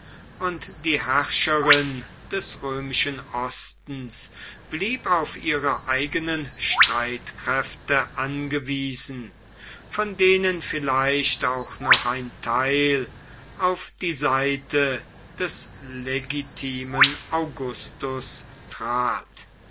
und die herrscherin des römischen ostens blieb auf ihre eigenen streitkräfte angewiesen von denen vielleicht auch noch ein teil auf die seite des legitimen augustus trat